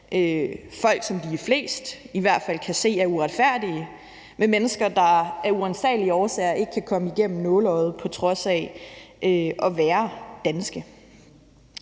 folk, som de er flest, i hvert fald kan se er uretfærdige, med mennesker, der af uransagelige årsager ikke kan komme igennem nåleøjet på trods af at være danske.